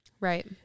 right